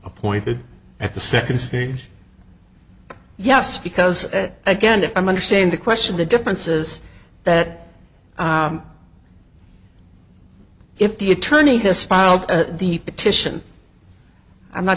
appointed at the second stage yes because again if i understand the question the difference is that if the attorney has filed the petition i'm not